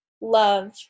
love